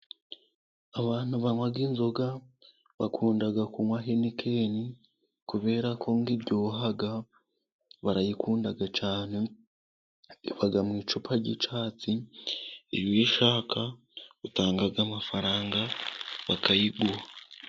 Abantu banywa inzoga bakunda kunywa hein ken kubera ko iryoha barayikunda cyane Iba mu icupa ry'icyatsi, iyo ubiyishaka utanga amafaranga bakayiguha.